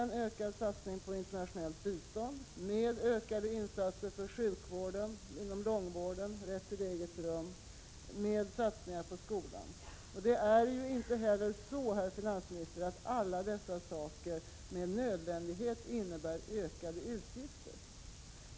en ökad satsning på internationellt bistånd, ökade insatser för sjukvård, rätt till eget rum inom långvården och satsningar på skolan. Det är inte heller så, herr finansminister, att alla dessa saker med nödvändighet innebär ökade utgifter.